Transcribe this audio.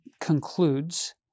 concludes